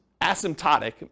asymptotic